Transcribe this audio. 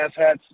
asshats